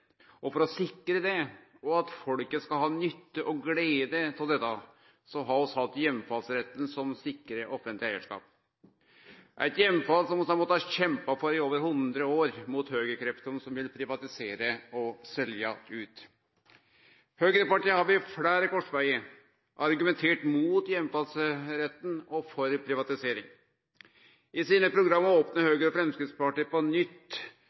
eige. For å sikre det, og for at folket skal ha nytte og glede av dette, har vi hatt heimfallsretten for å sikre offentleg eigarskap, eit heimfall som vi har mått kjempe for i over hundre år – mot høgrekreftene, som vil privatisere og selje ut. Høgrepartia har ved fleire korsvegar argumentert mot heimfallsretten, og for privatisering. I programma sine opnar Høgre og Framstegspartiet på nytt